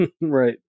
Right